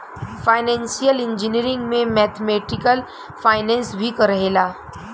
financial engineering में mathematical finance भी रहेला